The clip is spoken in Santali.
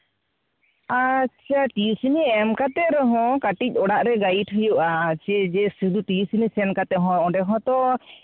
ᱟᱪᱪᱷᱟ ᱴᱤᱭᱩᱥᱚᱱᱤ ᱮᱢ ᱠᱟᱛᱮᱫ ᱨᱮᱦᱚᱸ ᱠᱟᱹᱴᱤᱡ ᱚᱲᱟᱜ ᱨᱮ ᱜᱟᱭᱤᱰ ᱦᱩᱭᱩᱜᱼᱟ ᱥᱮᱭ ᱡᱮ ᱥᱩᱫᱷᱩ ᱴᱤᱭᱩᱥᱚᱱᱤ ᱥᱮᱱ ᱠᱟᱛᱮᱫ ᱦᱚᱸ ᱚᱸᱰᱮ ᱦᱚᱸᱛᱚ